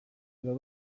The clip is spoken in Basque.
edo